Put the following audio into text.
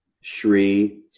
Shri